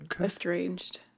estranged